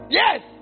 yes